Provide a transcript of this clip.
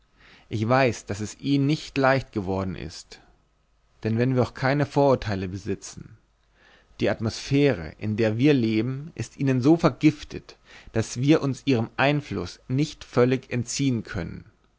ich weiß daß es ihnen nicht leicht geworden ist denn wenn wir auch keine vorurteile besitzen die atmosphäre in der wir leben ist von ihnen so vergiftet daß wir uns ihrem einfluß nicht völlig entziehen können